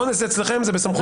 אונס נמצא בסמכותכם?